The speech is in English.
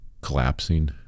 collapsing